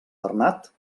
bernat